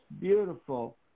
beautiful